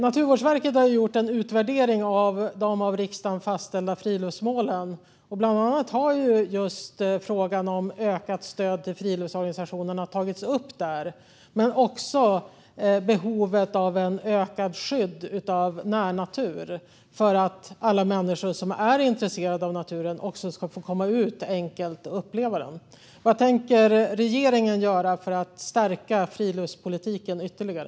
Naturvårdsverket har gjort en utvärdering av de av riksdagen fastställda friluftsmålen. Där har man tagit upp bland annat frågan om ökat stöd till friluftsorganisationerna men också behovet av ökat skydd av närnatur för att alla människor som är intresserade av naturen enkelt ska få komma ut och uppleva den. Vad tänker regeringen göra för att stärka friluftspolitiken ytterligare?